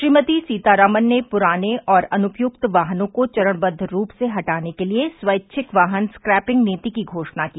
श्रीमती सीतारामन ने पुराने और अनुपयुक्त वाहनों को चरणबद्व रूप से हटाने के लिए स्वैच्छिक वाहन स्क्रैपिंग नीति की घोषणा की